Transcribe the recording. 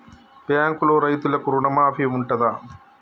బ్యాంకులో రైతులకు రుణమాఫీ ఉంటదా?